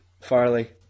Farley